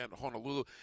Honolulu